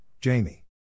Jamie